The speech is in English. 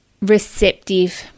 receptive